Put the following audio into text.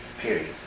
Period